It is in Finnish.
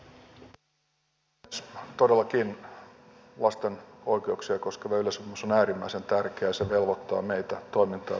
todellakin lasten oikeuksia koskeva yleissopimus on äärimmäisen tärkeä ja se velvoittaa meitä toimintaan